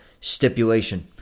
stipulation